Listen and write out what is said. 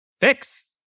fix